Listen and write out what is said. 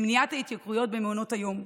למניעת ההתייקרויות במעונות היום,